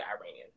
Iranian